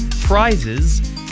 prizes